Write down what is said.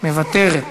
מוותרת.